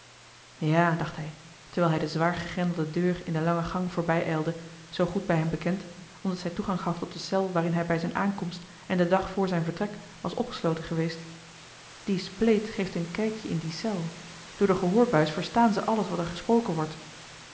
ja dacht hij terwijl hij de zwaar gegrendelde deur in de lange gang voorbij ijlde zoo goed bij hem bekend omdat zij toegang gaf tot de cel waarin hij bij zijn aankomst en den dag voor zijn vertrek was opgesloten geweest die spleet geeft een kijkje in die cel door de gehoorbuis verstaan ze alles wat er gesproken wordt